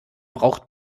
braucht